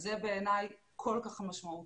וזה בעיניי כל כך משמעותי,